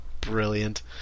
Brilliant